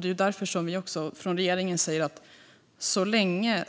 Det är därför vi från regeringen säger att så länge